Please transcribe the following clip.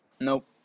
nope